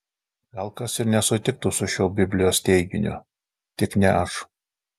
gal kas ir nesutiktų su šiuo biblijos teiginiu tik ne aš